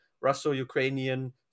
Russo-Ukrainian